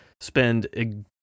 spend